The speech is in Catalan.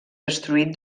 destruït